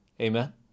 Amen